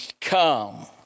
come